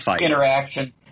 interaction